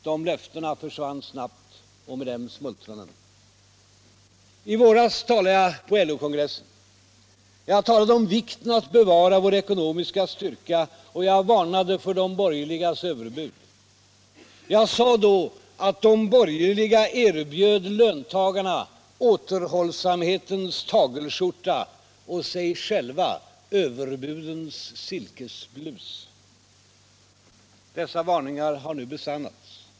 De löftena försvann snabbt — och med dem smultronen. I våras talade jag på LO-kongressen. Jag talade om vikten av att bevara vår ekonomiska styrka. Och jag varnade för de borgerliga partiernas överbud. Jag sade då att de borgerliga erbjöd löntagarna återhållsamhetens tagelskjorta och sig själva överbudens silkesblus. Dessa varningar har nu besannats.